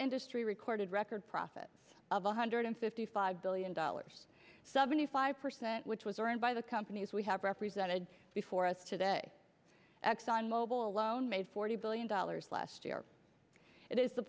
industry recorded record profits of one hundred fifty five billion dollars seventy five percent which was earned by the companies we have represented before us today exxon mobil alone made forty billion dollars last year it is the